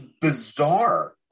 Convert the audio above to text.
bizarre